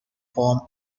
form